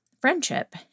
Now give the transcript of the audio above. friendship